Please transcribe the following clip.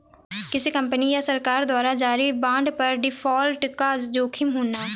किसी कंपनी या सरकार द्वारा जारी बांड पर डिफ़ॉल्ट का जोखिम होना